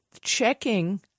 checking